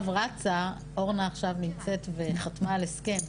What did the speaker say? רצה אורנה עכשיו נמצאת וחתמה על הסכם.